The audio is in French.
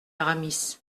aramis